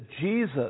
Jesus